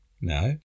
No